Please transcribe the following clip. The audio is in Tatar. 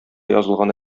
язылган